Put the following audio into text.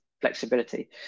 flexibility